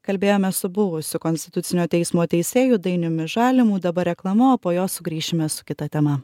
kalbėjome su buvusiu konstitucinio teismo teisėju dainiumi žalimu dabar reklama o po jo sugrįšime su kita tema